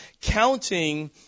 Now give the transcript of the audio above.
counting